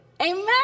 Amen